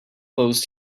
post